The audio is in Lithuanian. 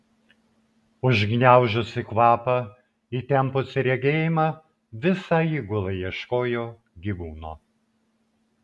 užgniaužusi kvapą įtempusi regėjimą visa įgula ieškojo gyvūno